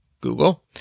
Google